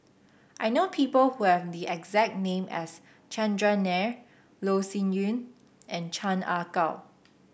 I know people who have the exact name as Chandran Nair Loh Sin Yun and Chan Ah Kow